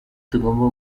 tugomba